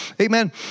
amen